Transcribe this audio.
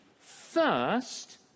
first